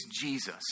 Jesus